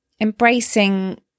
embracing